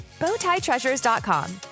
bowtietreasures.com